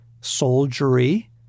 soldiery